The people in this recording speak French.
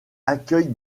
accueille